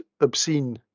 obscene